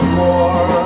more